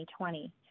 2020